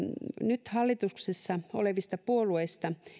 nyt hallituksessa olevista puolueista